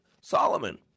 Solomon